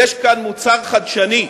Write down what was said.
יש כאן מוצר חדשני,